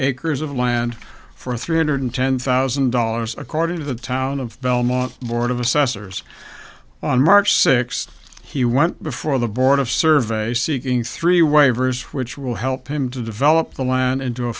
acres of land for three hundred ten thousand dollars according to the town of belmont board of assessors on march sixth he went before the board of survey seeking three waivers which will help him to develop the land into a